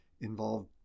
involved